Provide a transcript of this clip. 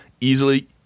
easily